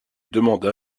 demanda